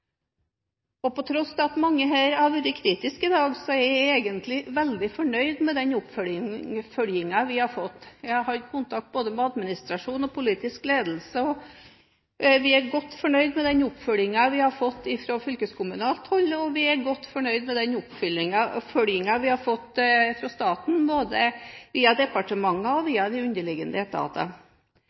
På tross av at mange her har vært kritiske i dag, er jeg egentlig veldig fornøyd med den oppfølgingen vi har fått. Jeg har kontakt med både administrasjonen og politisk ledelse, og vi er godt fornøyd med den oppfølgingen vi har fått fra fylkeskommunalt hold, og vi er godt fornøyd med den oppfølgingen vi har fått fra staten, både via departementer og via de underliggende etater.